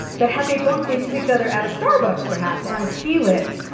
that had they bumped into each other at a starbucks perhaps or on ski lift,